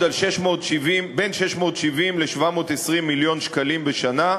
על בין 670 ל-720 מיליון שקלים בשנה,